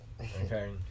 Okay